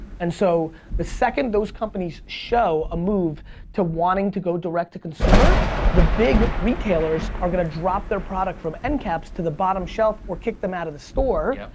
and so the second those companies show a move to wanting to go direct to consumer the big retailers are going to drop their product from end caps to the bottom shelf or kick them out of the store.